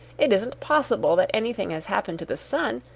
it isn't possible that anything has happened to the sun,